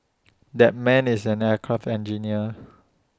that man is an aircraft engineer